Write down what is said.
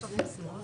חבר הכנסת חמד עמאר.